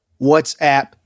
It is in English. WhatsApp